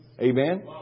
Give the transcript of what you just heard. Amen